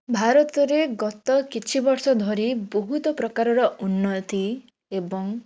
ଭାରତରେ ଗତ କିଛି ବର୍ଷ ଧରି ବହୁତ ପ୍ରକାରର ଉନ୍ନତି ଏବଂ